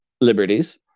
liberties